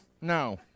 no